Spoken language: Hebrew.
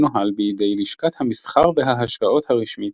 ומנוהל בידי לשכת המסחר וההשקעות הרשמית